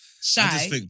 Shy